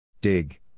Dig